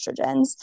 estrogens